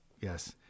yes